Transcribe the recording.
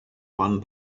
one